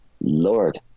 Lord